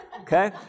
Okay